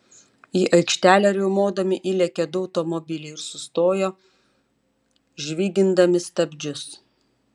į aikštelę riaumodami įlėkė du automobiliai ir sustojo žvygindami stabdžius